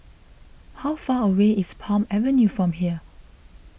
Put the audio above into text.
how far away is Palm Avenue from here